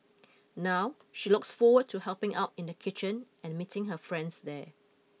now she looks forward to helping out in the kitchen and meeting her friends there